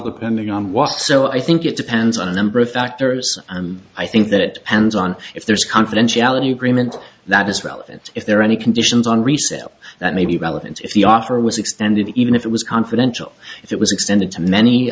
depending on what so i think it depends on a number of factors and i think that hands on if there's confidentiality agreement that is relevant if there are any conditions on resale that may be relevant if the offer was extended even if it was confidential if it was extended to many